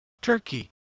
Turkey